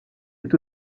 est